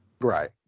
Right